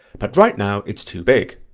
but right now it's too big,